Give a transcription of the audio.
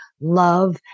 love